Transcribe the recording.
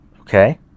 okay